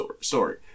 story